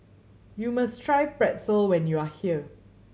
you must try Pretzel when you are here